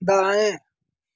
दाएँ